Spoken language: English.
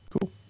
Cool